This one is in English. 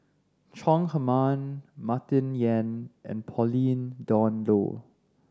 Chong Heman Martin Yan and Pauline Dawn Loh